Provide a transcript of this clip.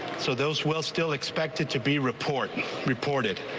so those will still expected to be report reported.